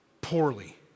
Poorly